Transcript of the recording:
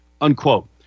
unquote